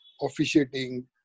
officiating